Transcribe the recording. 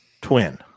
Twin